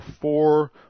four